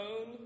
own